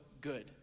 good